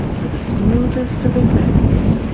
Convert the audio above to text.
for the smoothest of effects.